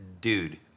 Dude